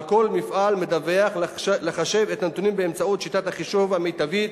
על כל מפעל מדווח לחשב את הנתונים באמצעות שיטת החישוב המיטבית,